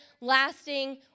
lasting